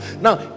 now